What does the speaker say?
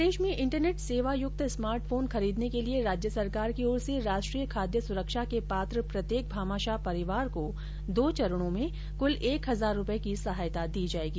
प्रदेश में इंटरनेट सेवा युक्त स्मार्टफोन खरीदने के लिए राज्य सरकार की ओर से राष्ट्रीय खाद्य सुरक्षा के पात्र प्रत्येक भामाशाह परिवार को दो चरणों में क्ल एक हजार रुपये की सहायता दी जायेगी